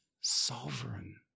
sovereign